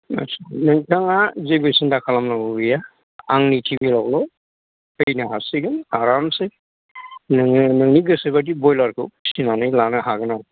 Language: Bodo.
आच्चा नोंथाङा जेबो सिन्था खालामनांगौ गैया आंनि केबिन आवल' फैनो हासिगोन आरामसे नोङो नोंनि गोसोबायदि ब्रयलार खौ फिसिनानै लानो हागोन आरोखि